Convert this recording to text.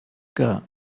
que